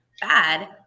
bad